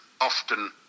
often